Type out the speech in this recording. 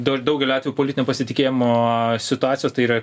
dabar daugelio atvejų politinio pasitikėjimo situacijos tai yra